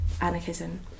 anarchism